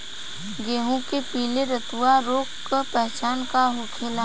गेहूँ में पिले रतुआ रोग के पहचान का होखेला?